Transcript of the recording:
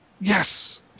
Yes